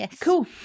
Cool